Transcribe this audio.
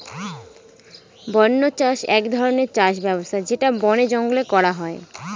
বন্য চাষ এক ধরনের চাষ ব্যবস্থা যেটা বনে জঙ্গলে করা হয়